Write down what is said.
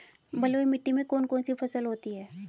बलुई मिट्टी में कौन कौन सी फसल होती हैं?